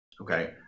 okay